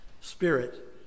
Spirit